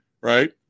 right